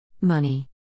Money